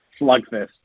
slugfest